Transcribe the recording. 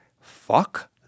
fuck